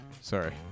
Sorry